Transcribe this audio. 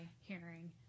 hearing